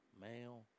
male